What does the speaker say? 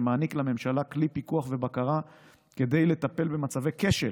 שמעניק לממשלה כלי פיקוח ובקרה כדי לטפל במצבי כשל